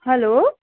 hello